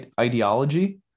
ideology